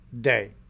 day